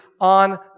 on